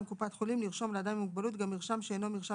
קופת חולים לרשום לאדם עם מוגבלות גם מרשם שאינו מרשם